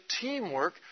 teamwork